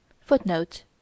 Footnote